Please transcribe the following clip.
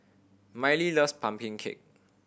Miley loves pumpkin cake